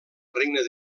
regne